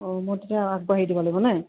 অঁ মই তেতিয়া আগবাঢ়ি দিব লাগিবনে